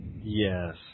Yes